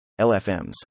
LFMs